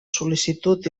sol·licitud